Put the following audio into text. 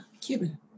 Cuban